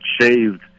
shaved